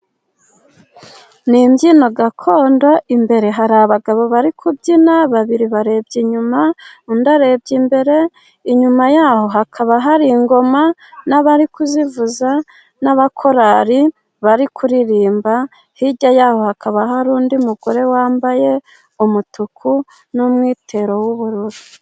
Ni imbyino gakondo, imbere hari abagabo bari kubyina babiri barebye inyuma undi arebye imbere. Inyuma yaho hakaba hari ingoma n'abari kuzivuza, n'abakorari bari kuririmba. Hirya yaho hakaba hari undi mugore wambaye umutuku n'umwitero w'ubururu.